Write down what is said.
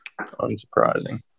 Unsurprising